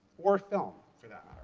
or film for that